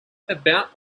about